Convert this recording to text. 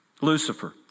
lucifer